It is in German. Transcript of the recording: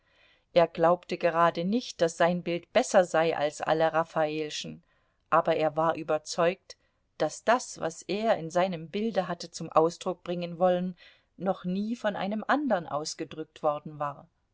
er glaubte gerade nicht daß sein bild besser sei als alle raffaelschen aber er war überzeugt daß das was er in seinem bilde hatte zum ausdruck bringen wollen noch nie von einem andern ausgedrückt worden war